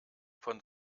von